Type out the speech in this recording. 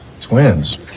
Twins